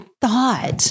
thought